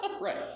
Right